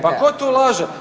Pa tko tu laže?